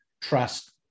trust